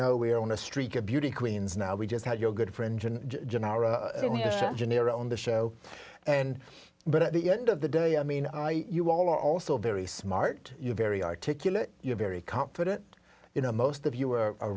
know we're on a streak of beauty queens now we just had your good friend gennaro janiero on the show and but at the end of the day i mean i you all are also very smart you're very articulate you're very confident you know most of you are